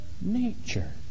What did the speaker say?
nature